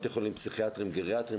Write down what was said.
בתי חולים פסיכיאטריים וגריאטריים,